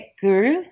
guru